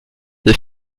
the